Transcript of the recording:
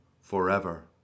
forever